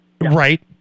Right